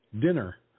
Dinner